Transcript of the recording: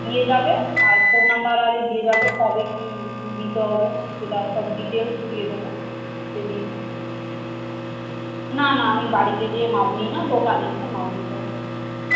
তো সেটাই জিজ্ঞাসা করছি আপনার দোকানে হয় না কি তাহলে আমি ছিট কেটে দুটো জামা তৈরি করব ঠিক আছে তাহলে আপনি কি আমার এই পুজোর মধ্যে এই পাঁচ দিনের মধ্যে পুজো আসার আগে এই পাঁচ দিনের মধ্যে কমপ্লিট করে দিতে পারবেন